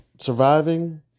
surviving